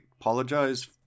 apologize